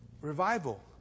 revival